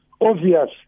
obvious